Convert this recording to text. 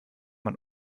man